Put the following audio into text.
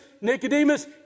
Nicodemus